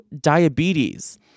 diabetes